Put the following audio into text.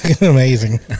amazing